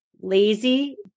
lazy